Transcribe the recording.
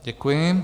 Děkuji.